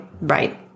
Right